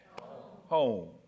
home